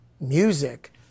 music